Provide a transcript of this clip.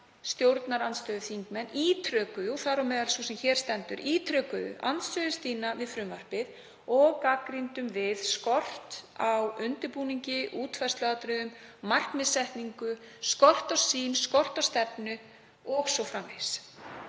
stjórnarandstöðuþingmenn, þar á meðal sú sem hér stendur, ítrekuðu andstöðu sína við frumvarpið og gagnrýndum við skort á undirbúningi, útfærsluatriðum, markmiðssetningu, skort á sýn, skort á stefnu o.s.frv.